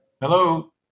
Hello